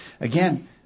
again